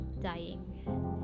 dying